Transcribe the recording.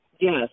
Yes